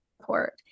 support